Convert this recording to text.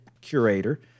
curator